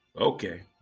Okay